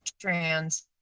trans